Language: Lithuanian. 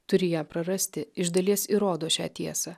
turi ją prarasti iš dalies įrodo šią tiesą